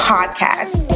Podcast